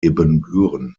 ibbenbüren